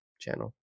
channel